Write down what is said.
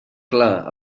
clars